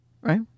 right